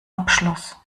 abschluss